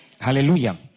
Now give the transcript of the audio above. Hallelujah